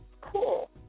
Cool